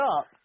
up